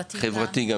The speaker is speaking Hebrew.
חברתי.